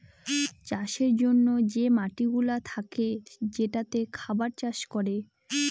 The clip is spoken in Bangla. চাষের জন্যে যে মাটিগুলা থাকে যেটাতে খাবার চাষ করে